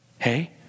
Hey